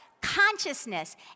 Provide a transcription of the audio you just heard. consciousness